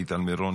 שלי טל מירון,